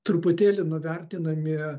truputėlį nuvertinami